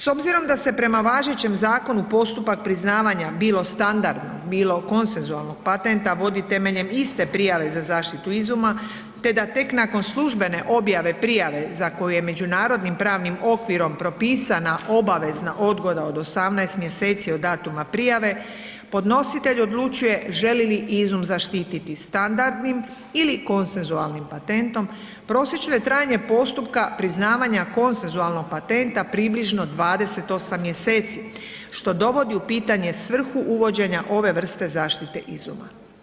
S obzirom da se prema važećem zakonu postupak priznavanja bilo standardno, bilo konsensualnog patenta vodi temeljem iste prijave za zaštitu izuma, te da tek nakon službene objave prijave za koju je međunarodnim pravnim okvirom propisana obavezna odgoda od 18. mjeseci od datuma prijave, podnositelj odlučuje želi li izum zaštititi standardnim ili konsensualnim patentom, prosječno je trajanje postupka priznavanja konsensualnog patenta približno 28 mjeseci, što dovodi u pitanje svrhu uvođenja ove vrste zaštite izuma.